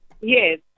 Yes